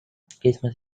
christmas